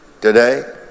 today